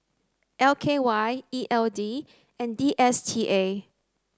L K Y E L D and D S T A